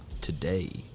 today